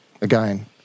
Again